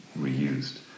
reused